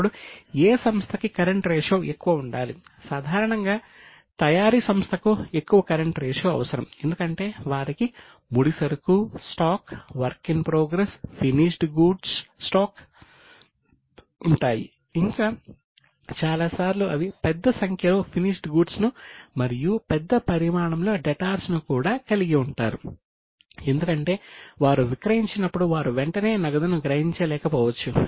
ఇప్పుడు ఏ సంస్థ కి కరెంట్ రేషియో కలిగి ఉండవచ్చు